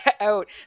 out